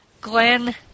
Glenn